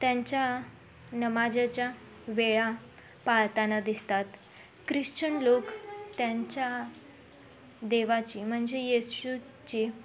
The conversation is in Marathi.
त्यांच्या नमाजाच्या वेळा पाळताना दिसतात ख्रिश्चन लोक त्यांच्या देवाची म्हणजे यशूची